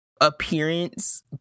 appearance